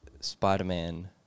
Spider-Man